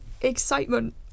excitement